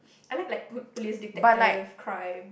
I like like pol~ police detective crime